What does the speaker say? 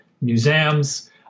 museums